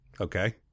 Okay